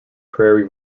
prairie